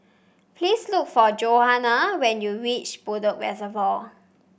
please look for Johnna when you reach Bedok Reservoir